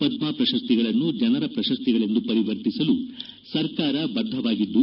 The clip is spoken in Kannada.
ಪದ್ಮ ಪ್ರಶಸ್ತಿಗಳನ್ನು ಜನರ ಪ್ರಶಸ್ತಿಗಳೆಂದು ಪರಿವರ್ತಿಸಲು ಸರ್ಕಾರ ಬದ್ದವಾಗಿದ್ದು